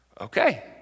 Okay